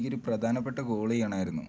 എനിക്ക് ഒരു പ്രധാനപ്പെട്ട കോൾ ചെയ്യണമായിരുന്നു